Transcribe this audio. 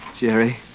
Jerry